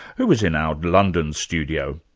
who was in our london studio.